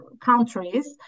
countries